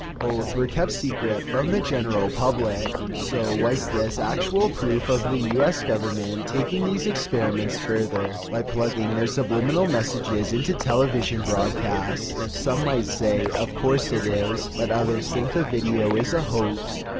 both were kept secret from the general public. so, was this actual proof of the us government taking these experiments further by plugging their subliminal messages into television broadcasts. some might say, of course it is but others think the video is a hoax.